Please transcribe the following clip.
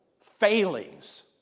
failings